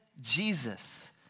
Jesus